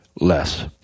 Less